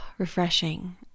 Refreshing